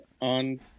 on